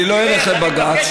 אני לא אלך לבג"ץ.